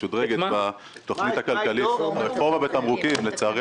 משודרגת בתוכנית הכלכלית ברפורמה בתמרוקים לצערי